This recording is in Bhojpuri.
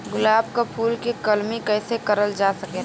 गुलाब क फूल के कलमी कैसे करल जा सकेला?